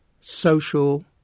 social